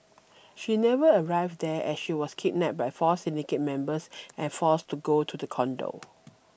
she never arrived there as she was kidnapped by four syndicate members and forced to go to the condo